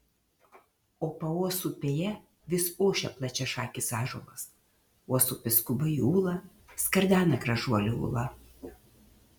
o pauosupėje vis ošia plačiašakis ąžuolas uosupis skuba į ūlą skardena gražuolė ūla